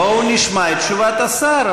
בואו נשמע את תשובת השר.